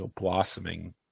blossoming